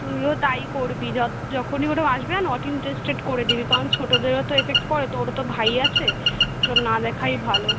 তুইও তাই করবি য যখনই ওরম আসবে না নট ইন্টারেস্টেড করে দিবি কারণ ছোটোদেরও তো এফেক্ট পরে তোরও তো ভাই আছে ও সব না দেখাই ভালো